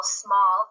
small